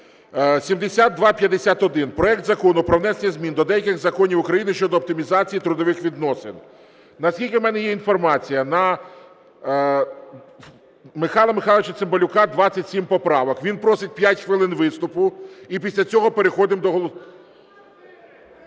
7251: проект Закону про внесення змін до деяких законів України щодо оптимізації трудових відносин. Наскільки в мене є інформація, на Михайла Михайловича Цимбалюка – 27 поправок. Він просить 5 хвилин виступу, і після цього переходимо до голосування.